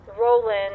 Roland